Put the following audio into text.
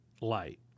light